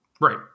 Right